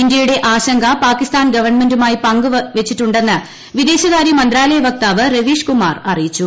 ഇന്ത്യയുടെ ആശങ്ക പാകിസ്ഥാൻ ഗവൺമെൻുമായി പങ്ക് വച്ചിട്ടുണ്ടെന്ന് വിദേശകാര്യമന്ത്രാലയ വക്താവ് രവീഷ് കുമാർ അറിയിച്ചു